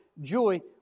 joy